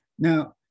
Now